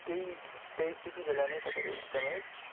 त्यही त्यति बेला नै तपाईँले एकदमै